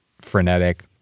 frenetic